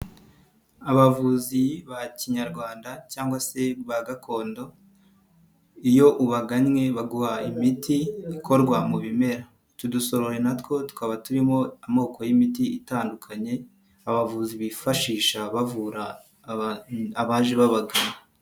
Abavuzi ba Kinyarwanda cyangwa se ba gakondo, iyo ubaganye baguha imiti ikorwa mu bimera, utu dusorori na two tukaba turimo amoko y'imiti itandukanye, abavuzi bifashisha bavura abaje babagana.